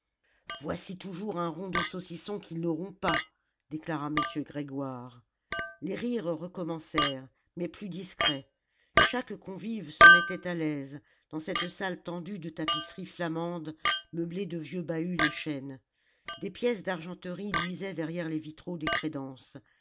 voici toujours un rond de saucisson qu'ils n'auront pas déclara m grégoire les rires recommencèrent mais plus discrets chaque convive se mettait à l'aise dans cette salle tendue de tapisseries flamandes meublée de vieux bahuts de chêne des pièces d'argenterie luisaient derrière les vitraux des crédences